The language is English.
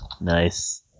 Nice